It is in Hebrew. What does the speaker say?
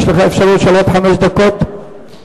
יש לך אפשרות של עוד חמש דקות לנמק.